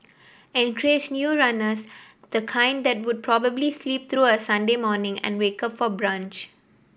encourage new runners the kind that would probably sleep through a Sunday morning and wake up for brunch